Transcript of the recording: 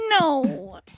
No